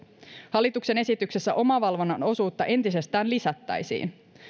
hallituksen esityksessä omavalvonnan osuutta entisestään lisättäisiin